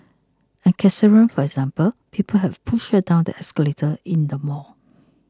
and Cassandra for example people have pushed her down the escalator in the mall